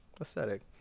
aesthetic